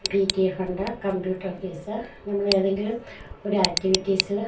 P T A fund computer fees നമ്മള് ഏതെങ്കിലും ഒരാക്ടിവിറ്റീസില്